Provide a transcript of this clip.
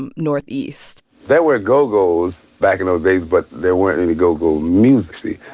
um ne there were go-gos back in those days, but there weren't any go-go music, see?